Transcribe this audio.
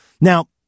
Now